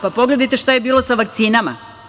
Pogledajte šta je bilo sa vakcinama.